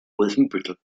wolfenbüttel